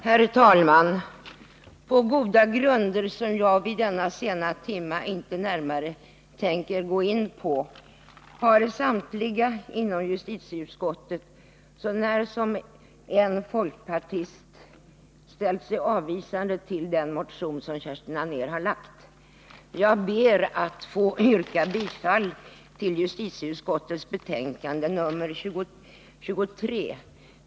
Herr talman! På goda grunder, som jag vid denna sena timme inte närmare tänker gå in på, har samtliga inom justitieutskottet så när som på en folkpartist ställt sig avvisande till den motion som Kerstin Anér har väckt. Jag ber att få yrka bifall till justitieutskottets hemställan i dess betänkande 1979/80:23.